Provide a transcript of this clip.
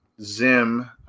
zim